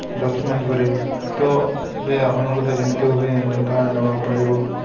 ଦଶ ମିନିଟ୍ ପରେ ତ ଏବେ ଆପଣଙ୍କୁ ତ ଯେମିତି ହେଉ ପୁଣି ତାହା ନେବାକୁ ପଡ଼ିବ